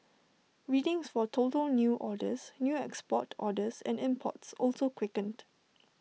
readings for total new orders new export orders and imports also quickened